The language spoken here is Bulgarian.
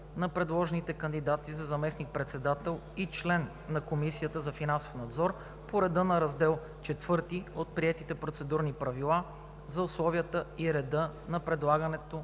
на предложените кандидати за заместник-председател и член на Комисията за финансов надзор по реда на Раздел IV от приетите Процедурни правила за условията и реда за предлагането